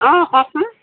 অ ক'চোন